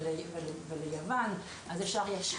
אני מתכבד לפתוח את ישיבת הוועדה המיוחדת לעניין הקרן לאזרחי ישראל.